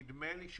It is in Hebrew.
נדמה לי,